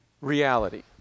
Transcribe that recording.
reality